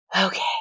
Okay